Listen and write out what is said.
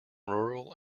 rural